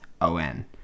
O-N